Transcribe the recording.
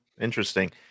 Interesting